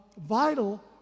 vital